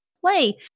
play